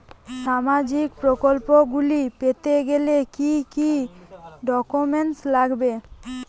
সামাজিক প্রকল্পগুলি পেতে গেলে কি কি ডকুমেন্টস লাগবে?